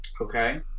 Okay